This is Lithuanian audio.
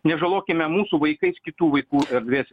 nežalokime mūsų vaikais kitų vaikų erdvės